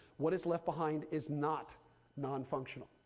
what is left behind is not nonfunctional.